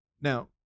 Now